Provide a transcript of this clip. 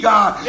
God